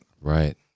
Right